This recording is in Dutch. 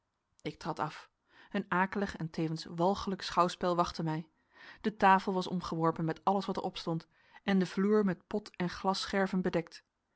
ik trad af een akelig en tevens walgelijk schouwspel wachtte mij de tafel was omgeworpen met alles wat er opstond en de vloer met pot en glasscherven bedekt